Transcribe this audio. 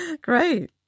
Great